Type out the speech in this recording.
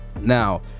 Now